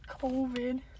COVID